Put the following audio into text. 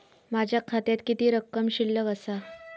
माझ्या खात्यात किती रक्कम शिल्लक आसा?